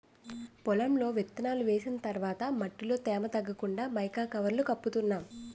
పొలంలో విత్తనాలు వేసిన తర్వాత మట్టిలో తేమ తగ్గకుండా మైకా కవర్లను కప్పుతున్నాం